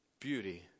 beauty